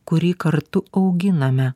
kurį kartu auginame